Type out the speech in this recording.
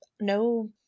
no